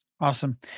Awesome